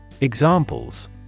Examples